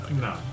No